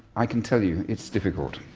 i can tell you, it's difficult.